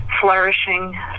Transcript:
flourishing